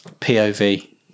POV